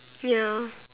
ya